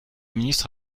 ministre